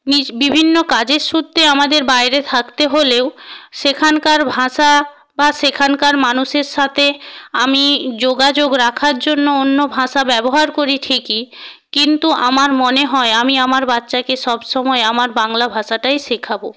নিজ বিভিন্ন কাজের সূত্রে আমাদের বাইরে থাকতে হলেও সেখানকার ভাষা বা সেখানকার মানুষের সাথে আমি যোগাযোগ রাখার জন্য অন্য ভাষা ব্যবহার করি ঠিকই কিন্তু আমার মনে হয় আমি আমার বাচ্চাকে সব সময় আমার বাংলা ভাষাটাই শেখাবো